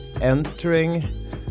entering